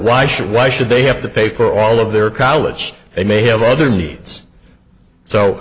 why should why should they have to pay for all of their college they may have other needs so